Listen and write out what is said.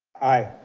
aye.